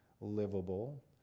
livable